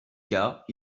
cas